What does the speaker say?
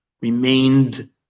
remained